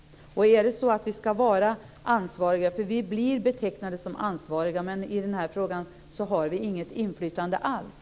Vi blir betecknade som ansvariga, men i den här frågan har vi inget inflytande alls.